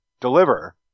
deliver